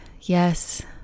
Yes